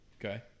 Okay